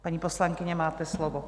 Paní poslankyně, máte slovo.